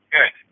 Good